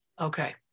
Okay